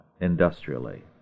industrially